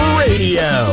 radio